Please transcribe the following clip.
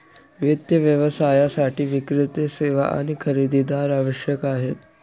वित्त व्यवसायासाठी विक्रेते, सेवा आणि खरेदीदार आवश्यक आहेत